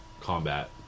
combat